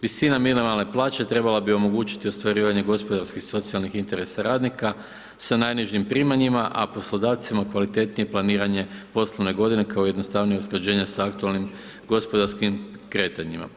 Visina minimalne plaće trebala bi omogućiti ostvarivanje gospodarskih i socijalnih interesa radnika sa najnižim primanjima, a poslodavcima kvalitetnije planiranje poslovne godine kao i jednostavnije usklađenje sa aktualnim gospodarskim kretanjima.